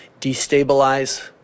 destabilize